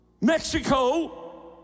Mexico